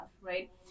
Right